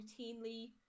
routinely